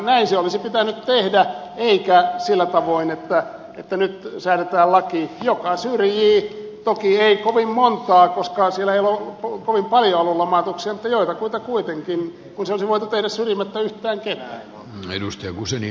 näin se olisi pitänyt tehdä eikä sillä tavoin että nyt säädetään laki joka syrjii toki ei kovin montaa koska siellä ei ole kovin paljoa ollut lomautuksia mutta joitakuita kuitenkin kun se olisi voitu tehdä syrjimättä yhtään ketään